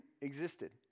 existed